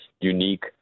unique